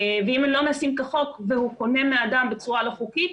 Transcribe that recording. ואם הם לא נעשים כחוק והוא קונה מאדם בצורה לא חוקית,